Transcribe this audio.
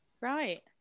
right